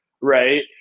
Right